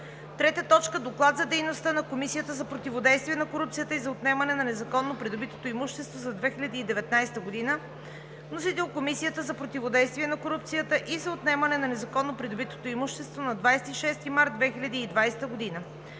2020 г. 3. Доклад за дейността на Комисията за противодействие на корупцията и за отнемане на незаконно придобитото имущество за 2019 г., вносител – Комисията за противодействие на корупцията и за отнемане на незаконно придобитото имущество, 26 март 2020 г.,